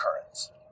occurrence